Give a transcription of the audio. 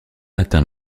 atteint